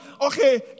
Okay